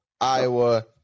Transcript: Iowa